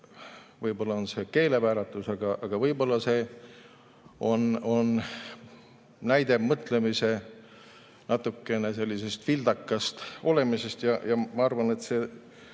võib-olla on see keelevääratus, aga võib-olla on see näide mõtlemise natukene vildakast olemisest. Ja ma arvan, et see